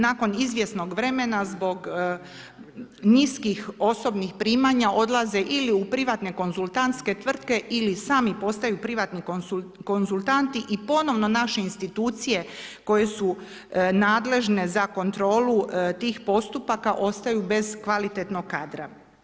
Nakon izvjesnog vremena, zbog niskih osobnih primanja odlaze ili u privatne konzultantske tvrtke ili sami postaju privatni konzultanti i ponovno naše institucije koje su nadležne za kontrolu tih postupaka ostaju bez kvalitetnog kadra.